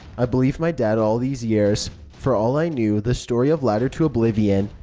i believed my dad all these years. for all i knew, the story of ladder to oblivion,